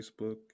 facebook